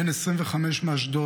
בן 25 מאשדוד,